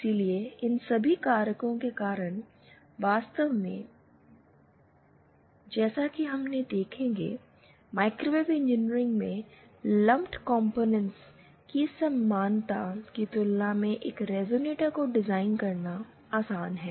इसलिए इन सभी कारकों के कारण वास्तव में जैसा कि हम देखेंगे माइक्रोवेव इंजीनियरिंग में लंप्ड कॉम्पोनेंट्स की समानता की तुलना में एक रिजोनेटर को डिज़ाइन करना आसान है